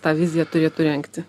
tą viziją turėtų rengti